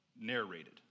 narrated